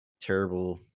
terrible